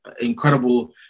incredible